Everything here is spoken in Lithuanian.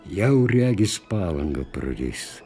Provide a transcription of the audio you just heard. jau regis palangą praris